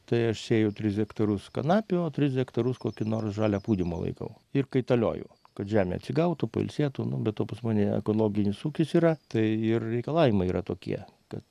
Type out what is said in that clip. tai aš sėju tris hektarus kanapių o tris hektarus kokį nors žalią pūdymą laikau ir kaitalioju kad žemė atsigautų pailsėtų nu be to pas mane ekologinis ūkis yra tai ir reikalavimai yra tokie kad